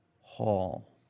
Hall